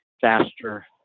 faster